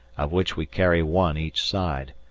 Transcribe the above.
of which we carry one each side.